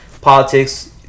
politics